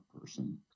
person